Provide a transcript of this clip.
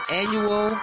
annual